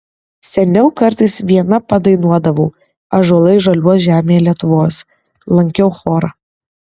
seniau kartais viena padainuodavau ąžuolai žaliuos žemėje lietuvos lankiau chorą